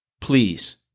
please